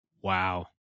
Wow